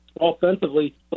Offensively